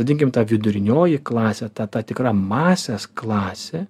vadinkim ta vidurinioji klasė ta ta tikra masės klasė